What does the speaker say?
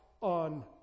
on